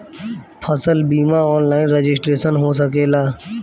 फसल बिमा online registration हो सकेला?